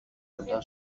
κοντά